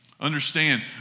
Understand